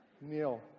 Neil